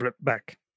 back